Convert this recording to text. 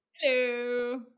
Hello